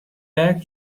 back